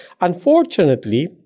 Unfortunately